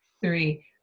three